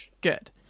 good